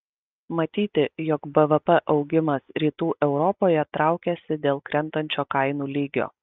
matyti jog bvp augimas rytų europoje traukiasi dėl krentančio kainų lygio